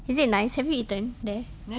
is it nice have you eaten there